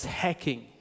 hacking